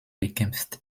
bekämpft